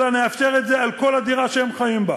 אלא נאפשר את זה על כל הדירה שהם חיים בה.